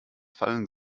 fallen